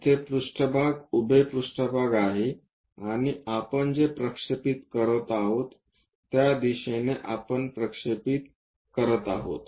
येथे पृष्ठभाग उभे पृष्ठभाग आहे आणि आपण जे प्रक्षेपित करत आहोत त्या दिशेने आपण प्रक्षेपित करत आहोत